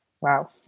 Wow